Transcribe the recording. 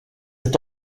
est